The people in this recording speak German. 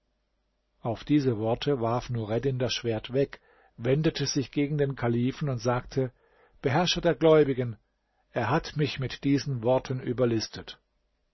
auf diese worte warf nureddin das schwert weg wendete sich gegen den kalifen und sagte beherrscher der gläubigen er hat mich mit diesen worten überlistet